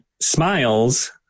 smiles